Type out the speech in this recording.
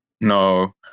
No